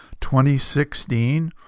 2016